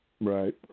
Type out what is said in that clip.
Right